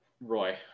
Roy